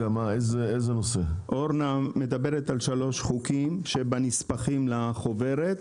אורנה מדברת על שלושה חוקים, שבנספחים לחוברת.